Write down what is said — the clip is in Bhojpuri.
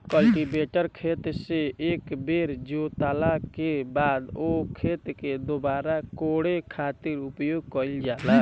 कल्टीवेटर खेत से एक बेर जोतला के बाद ओ खेत के दुबारा कोड़े खातिर उपयोग कईल जाला